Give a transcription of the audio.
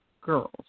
girls